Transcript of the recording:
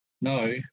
no